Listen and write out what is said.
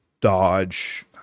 dodge